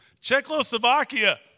Czechoslovakia